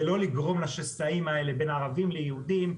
ולא לגרום לשסעים האלה בין ערבים ליהודים,